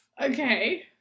Okay